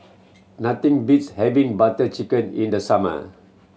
nothing beats having Butter Chicken in the summer